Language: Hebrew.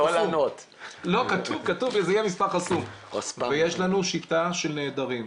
יש לנו שיטה של נעדרים,